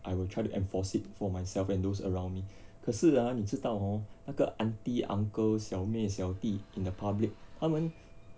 I will try to enforce it for myself and those around me 可是啊你知道 hor 那个 aunty uncle 小妹小弟 in the public 他们